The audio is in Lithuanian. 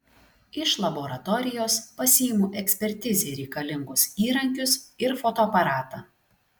iš laboratorijos pasiimu ekspertizei reikalingus įrankius ir fotoaparatą